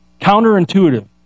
counterintuitive